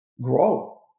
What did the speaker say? grow